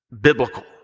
biblical